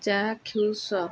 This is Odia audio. ଚାକ୍ଷୁଷ